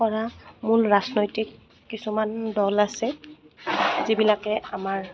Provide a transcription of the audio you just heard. কৰা মূল ৰাজনৈতিক কিছুমান দল আছে যিবিলাকে আমাৰ